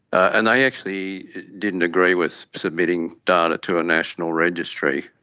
and they actually didn't agree with submitting data to a national registry.